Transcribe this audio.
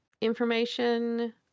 information